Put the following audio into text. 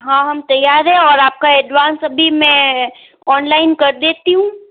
हाँ हम तैयार हैं और आपका एडवांस अभी मैं ऑनलाइन कर देती हूँ